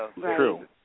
True